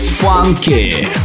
Funky